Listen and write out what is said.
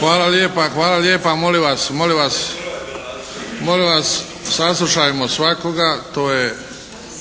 Hvala lijepa. Molim vas, molim vas saslušajmo svakoga. To je